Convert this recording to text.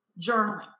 journaling